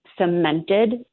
cemented